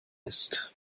ist